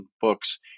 books